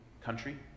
country